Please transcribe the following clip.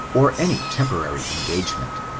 or any temporary engagement.